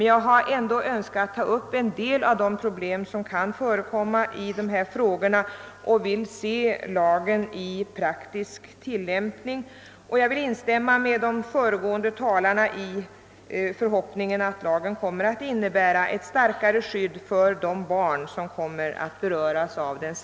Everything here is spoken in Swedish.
Jag har dock velat ta upp vissa av de problem som kan förekomma i detta sammanhang och vill se hur lagen fungerar i praktisk tillämpning. Jag instämmer med de föregående talarna i förhoppningen att lagen kommer att innebära ett starkare skydd för de barn som berörs.